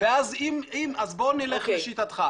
אז בוא נלך לשיטתך.